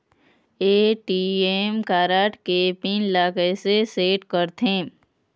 ATM card के pin ला कैसे सेट करथे?